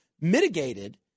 mitigated